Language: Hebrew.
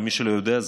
למי שלא יודע,